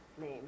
name